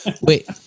Wait